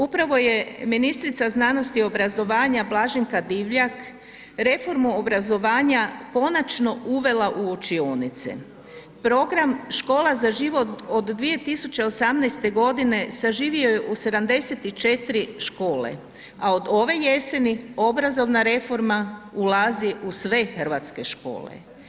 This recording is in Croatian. Upravo je ministrica znanosti i obrazovanja Blaženka Divjak reformu obrazovanja konačno uvela u učionice, program Škola za život od 2018. godine saživio je u 74 škole, a od ove jeseni obrazovna reforma ulazi u sve hrvatske škole.